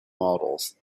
models